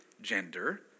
gender